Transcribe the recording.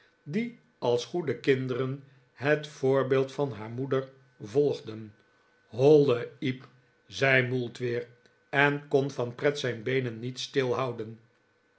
die als goede kinderen het voorbeeld van haar moeder volgden hollen iep zei mould weer en kon van pret zijn beenen niet